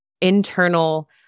internal